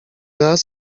raz